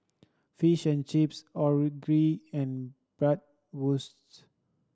Fish and Chips Onigiri and Bratwurst